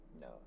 No